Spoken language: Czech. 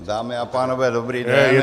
Dámy a pánové, dobrý den.